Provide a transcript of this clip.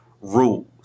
rules